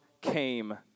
came